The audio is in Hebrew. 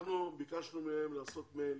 אנחנו ביקשנו מהם לעשות מייל